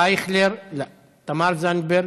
אייכלר, לא, תמר זנדברג,